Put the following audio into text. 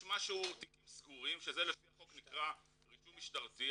יש תיקים סגורים שזה לפי החוק נקרא רישום משטרתי.